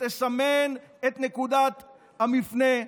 שתסמן את נקודת המפנה,